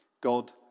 God